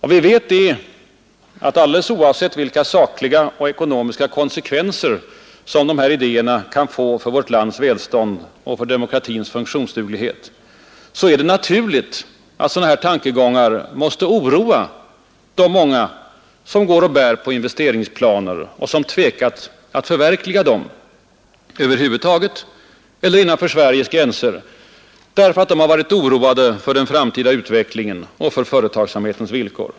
Vad vi vet är att alldeles oavsett vilka sakliga och ekonomiska konsekvenser som dessa idéer kan få för vårt lands välstånd och för demokratins funktionsduglighet, är det naturligt att sådana här tankegångar måste oroa de många som går och bär på investeringsplaner och som tvekat att förverkliga dessa — över huvud taget eller innanför landets gränser — därför att de har varit oroade för den framtida utvecklingen och företagsamhetens villkor.